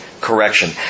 correction